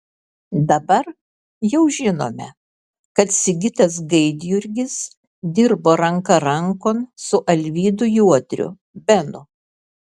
dabar jau žinome kad sigitas gaidjurgis dirbo ranka rankon su alvydu juodriu benu